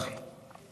אח.